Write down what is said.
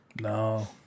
No